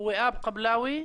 ארבע שנים כבר החוק נמצא,